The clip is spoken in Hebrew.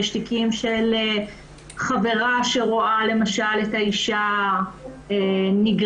יש תיקים שבהם חברה שרואה, למשל, את האישה נגררת